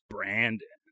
Brandon